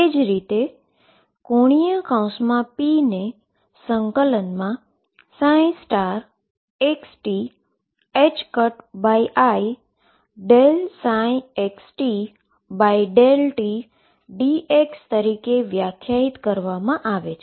એ જ રીતે⟨p⟩ ને∫xti∂ψxt∂t dx તરીકે વ્યાખ્યાયિત કરવામાં આવે છે